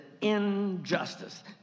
injustice